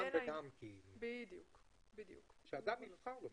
אדם יבחר.